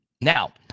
Now